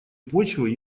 почвы